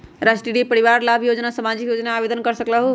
राष्ट्रीय परिवार लाभ योजना सामाजिक योजना है आवेदन कर सकलहु?